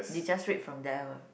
they just read from there one